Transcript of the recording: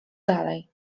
dalej